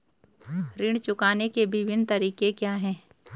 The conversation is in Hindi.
ऋण चुकाने के विभिन्न तरीके क्या हैं?